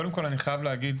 קודם כל אני חייב להגיד,